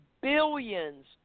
billions